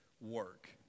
work